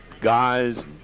Guys